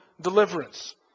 deliverance